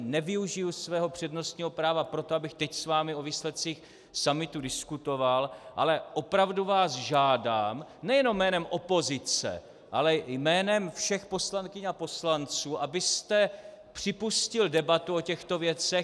Nevyužiji svého přednostního práva proto, abych teď s vámi o výsledcích summitu diskutoval, ale opravdu vás žádám nejenom jménem opozice, ale jménem všech poslankyň a poslanců, abyste připustil debatu o těchto věcech.